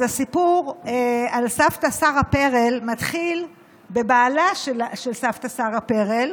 הסיפור על סבתא שרה פרל מתחיל בבעלה של סבתא שרה פרל,